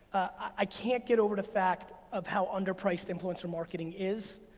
i can't get over the fact of how under priced influence or marketing is,